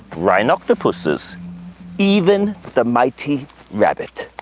rhyne octopuses even the mighty rabbit.